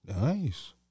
nice